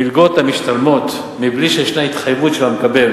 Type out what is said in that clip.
מלגות המשתלמות מבלי שיש התחייבות של המקבל